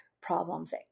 problems